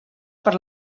per